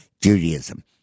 Judaism